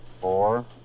four